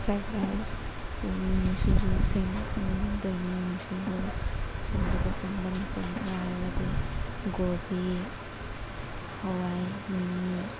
fries rice ꯃꯤꯃꯤ ꯁꯤꯡꯖꯨ ꯁꯦꯝꯗꯣꯏꯅꯦ ꯃꯤꯃꯤ ꯁꯤꯡꯖꯨ ꯁꯦꯝꯕꯗ ꯆꯪꯕ ꯃꯆꯜ ꯈꯔ ꯍꯥꯏꯔꯒꯗꯤ ꯒꯣꯕꯤ ꯍꯋꯥꯏ ꯃꯤꯃꯤ